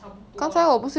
差不多 lah